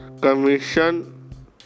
commission